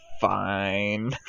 fine